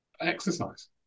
exercise